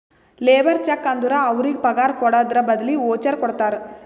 labour check ಅಂದುರ್ ಅವ್ರಿಗ ಪಗಾರ್ ಕೊಡದ್ರ್ ಬದ್ಲಿ ವೋಚರ್ ಕೊಡ್ತಾರ